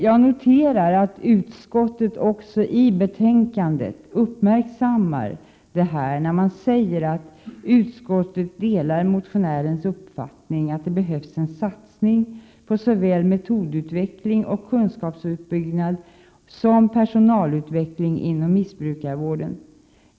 Jag noterar att utskottet också uppmärksammar detta, när man i betänkandet säger: ”Utskottet delar motionärernas uppfattning att det behövs en satsning på såväl metodutveckling och kunskapsuppbyggnad som personalutveckling inom missbrukarvården.